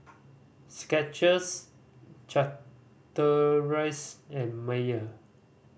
Skechers Chateraise and Mayer